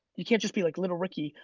you can't just be like little ricky,